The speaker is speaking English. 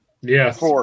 Yes